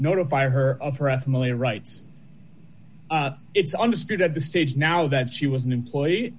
notify her rights it's understood at the stage now that she was an employee